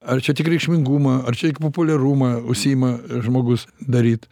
ar čia tik reikšmingumą ar čia tik populiarumą užsiima žmogus daryt